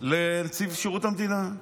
לנציב שירות המדינה.